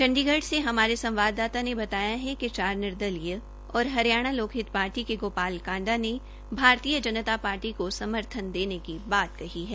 चंडीगढ़ से हमारे संवाददाता ने बताया कि चार निर्दलीय और हरियाणा लोकहित पार्टी के गोपाल कांडा ने भारतीय जनता पार्टी को समर्थन देने की बात कही है